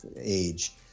age